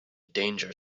danger